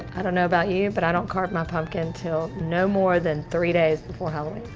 i don't know about you, but i don't carve my pumpkin til no more than three days before halloween.